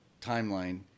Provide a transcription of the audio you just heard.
timeline